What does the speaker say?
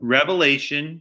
Revelation